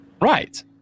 Right